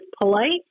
polite